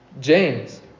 James